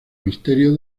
misterio